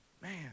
Man